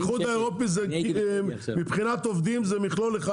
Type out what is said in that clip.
האיחוד האירופי מבחינת עובדים זה מכלול אחד.